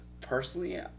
personally